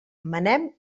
manem